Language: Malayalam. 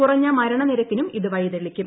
കുറഞ്ഞ മരണ നിരക്കിനും ഇത് വഴിതെളിക്കും